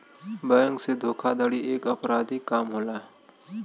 bank से धोखाधड़ी एक अपराधिक काम होला